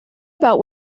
about